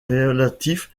relatif